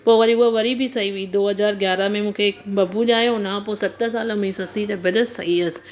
पोइ वरी उआ वरी बि सही हुई दो हज़ार ग्यारह में मूंखे हिकु बबु ॼायो हुन खां पोइ सत साल में मुंहिंजी सस जी तबीअत सही हुअसि